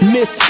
Miss